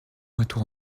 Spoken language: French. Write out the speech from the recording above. retour